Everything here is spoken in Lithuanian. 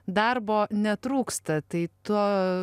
darbo netrūksta tai to